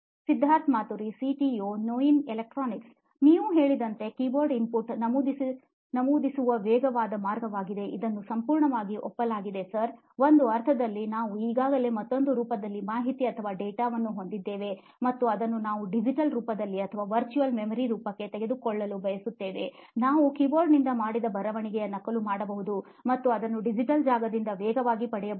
Siddharth Maturi CEO ನೋಯಿನ್ electronics ನೀವು ಹೇಳಿದಂತೆ ಕೀಬೋರ್ಡ್ ಇನ್ಪುಟ್ ನಮೂದಿಸುವ ವೇಗವಾದ ಮಾರ್ಗವಾಗಿದೆ ಇದನ್ನು ಸಂಪೂರ್ಣವಾಗಿ ಒಪ್ಪಲಾಗಿದೆ ಸರ್ ಒಂದು ಅರ್ಥದಲ್ಲಿ ನಾವು ಈಗಾಗಲೇ ಮತ್ತೊಂದು ರೂಪದಲ್ಲಿ ಮಾಹಿತಿ ಅಥವಾ ಡೇಟಾವನ್ನು ಹೊಂದಿದ್ದೇವೆ ಮತ್ತು ಅದನ್ನು ನಾವು ಡಿಜಿಟಲ್ ರೂಪದಲ್ಲಿ ಅಥವಾ ವರ್ಚುವಲ್ ಮೆಮೊರಿ ರೂಪಕ್ಕೆ ತೆಗೆದುಕೊಳ್ಳಲು ಬಯಸುತ್ತೇವೆ ನಾವು ಕೀಬೋರ್ಡ್ನಿಂದ ಮಾಡಿದ ಬರವಣಿಗೆಯ ನಕಲು ಮಾಡಬಹುದು ಮತ್ತು ಅದನ್ನು ಡಿಜಿಟಲ್ ಜಾಗದಲ್ಲಿ ವೇಗವಾಗಿ ಪಡೆಯಬಹುದು